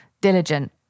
diligent